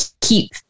keep